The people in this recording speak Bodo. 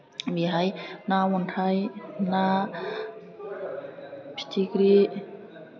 बेहाय ना अन्थाइ ना फिथिख्रि